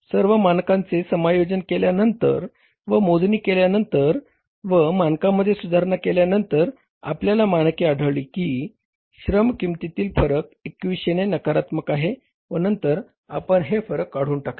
सर्व मानकांचे समायोजन केल्यानंतर व मोजणी केल्यानंतर व मानकांमध्ये सुधारणा केल्यानंतर आपल्याला मानके आढळली की श्रम किंमतीतील फरक 2100 ने नकारात्मक आहे व नंतर आपण हे फरक काढून टाकले